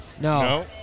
No